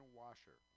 washer